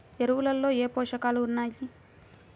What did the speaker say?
ఎరువులలో ఏ పోషకాలు ఉన్నాయి?